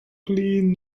clean